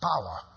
power